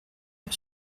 peu